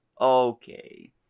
Okay